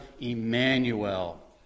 Emmanuel